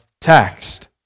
text